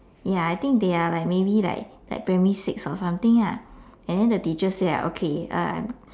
ya I think they are like maybe like like primary six or something lah and then the teacher say like okay uh